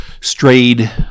strayed